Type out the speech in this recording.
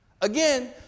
Again